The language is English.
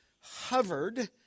hovered